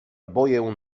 boję